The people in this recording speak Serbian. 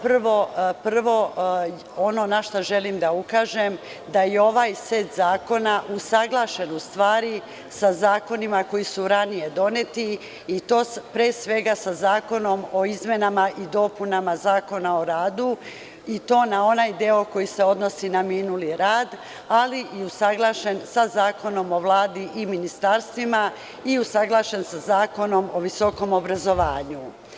Prvo na šta želim da ukažem je da je ovaj set zakona usaglašen u stvari sa zakonima koji su ranije doneti i to pre svega sa Zakonom o izmenama i dopunama Zakona o radu i to na onaj deo koji se odnosi na minuli rad, ali i usaglašen sa Zakonom o Vladi i ministarstvima i usaglašen sa Zakonom o visokom obrazovanju.